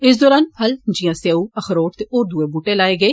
इस दौरान फल जिया सेऊ अखरोट ते होद दुए बूहटे लाए गे